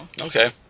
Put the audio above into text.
Okay